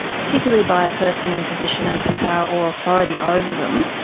particularly by a person in position of power or authority over them,